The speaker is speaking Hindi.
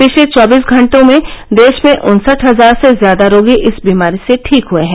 पिछले चौबीस घंटों में देश में उन्सठ हजार से ज्यादा रोगी इस बीमारी से ठीक हए हैं